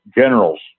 Generals